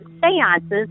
seances